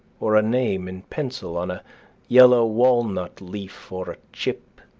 or a name in pencil on a yellow walnut leaf or a chip.